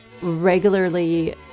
regularly